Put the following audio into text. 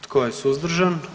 Tko je suzdržan?